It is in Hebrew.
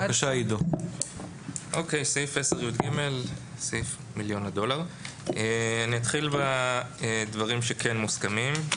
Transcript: סעיף 10יג. אני אתחיל בדברים שכן מוסכמים.